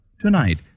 Tonight